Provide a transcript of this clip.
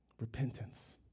Repentance